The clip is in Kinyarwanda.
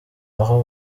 aho